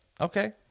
Okay